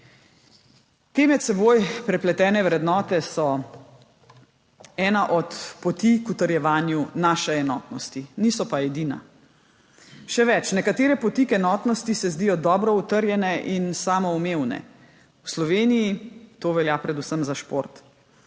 Te med seboj prepletene vrednote so ena od poti k utrjevanju naše enotnosti. Niso pa edina. Še več, nekatere poti k enotnosti se zdijo dobro utrjene in samoumevne. V Sloveniji to velja predvsem za šport.